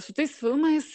su tais filmais